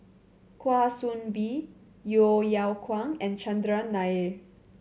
Kwa Soon Bee Yeo Yeow Kwang and Chandran Nair